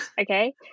okay